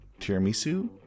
tiramisu